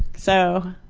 so,